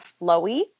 flowy